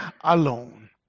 alone